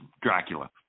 Dracula